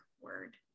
word